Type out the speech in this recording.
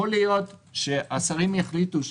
יכול להיות שהשרים יחליטו,